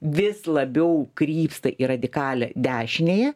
vis labiau krypsta į radikalią dešiniąją